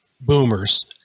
boomers